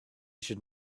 should